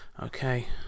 Okay